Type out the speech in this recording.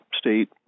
state